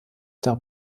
der